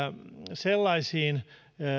sellaisiin